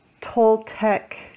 Toltec